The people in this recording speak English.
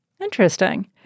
Interesting